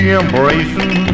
embracing